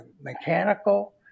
mechanical